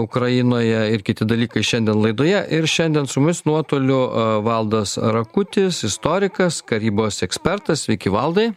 ukrainoje ir kiti dalykai šiandien laidoje ir šiandien su mumis nuotoliu valdas rakutis istorikas karybos ekspertas sveiki valdai